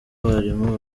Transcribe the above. abarimu